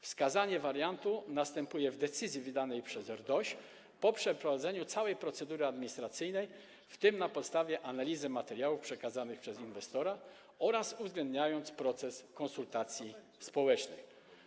Wskazanie wariantu następuje w decyzji wydanej przez RDOŚ po przeprowadzeniu całej procedury administracyjnej, w tym na podstawie analizy materiałów przekazanych przez inwestora oraz z uwzględnieniem procesu konsultacji społecznych.